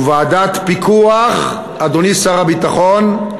ועדת פיקוח, אדוני שר הביטחון,